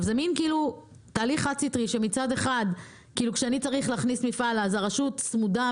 זה תהליך חד סטרי שמצד אחד כשאני צריך להכניס מפעל הרשות צמודה,